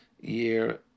year